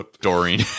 Doreen